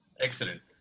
excellent